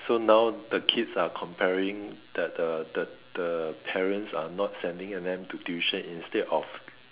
so now the kids are complaining that the the the parents are not sending them to tuition instead of